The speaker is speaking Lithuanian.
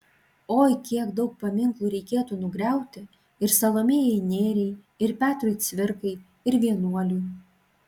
oi kiek daug paminklų reikėtų nugriauti ir salomėjai nėriai ir petrui cvirkai ir vienuoliui